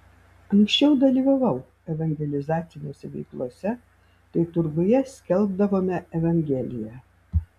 anksčiau dalyvavau evangelizacinėse veiklose tai turguje skelbdavome evangeliją